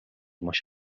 маш